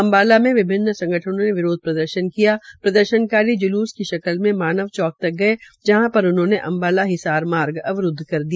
अम्बाला में विभिन्न संगठनों ने विरोध प्रदर्शन किया प्रदर्शनकारी जूलूस की शकल में मानव चौक तक गये जहां पर उन्होंने अम्बाला हिसार मार्ग अवरूदव कर दिया